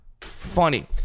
Funny